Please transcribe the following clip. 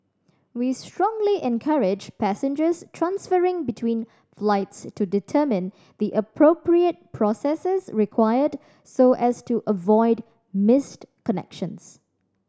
we strongly encourage passengers transferring between flights to determine the appropriate processes required so as to avoid missed connections